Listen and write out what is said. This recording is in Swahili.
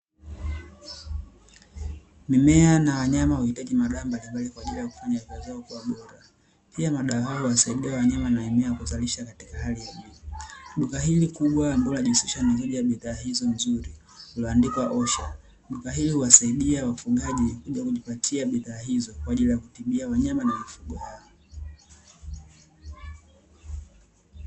Mimea na wanyama huhitaji madawa kwa ajili ya kufanya kazi yao kuwa bora, pia madawa yangu awasaidie wanyama na eneo ya kuzalisha katika hali ya mwili duka hili kubwa la jinsia nyingine bidhaa hizo nzuri iliyoandikwa osha mwaka hii huwasaidia wafugaji ni kuja kujipatia bidhaa hizo kwa ajili ya kutibia wanyama na mimea hiyo.